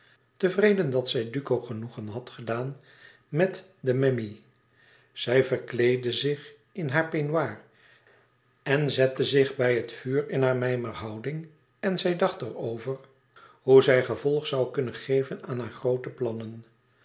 tevreden dat zij duco genoegen had gedaan met den memmi zij verkleedde zich in haar peignoir en zette zich bij het vuur in hare mijmerhouding en zij dacht er over hoe zij gevolg zoû kunnen geven aan hare groote plannen